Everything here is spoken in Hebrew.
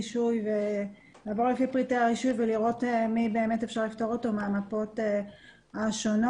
הרישוי ולראות את מי אפשר לפטור מהמפות השונות.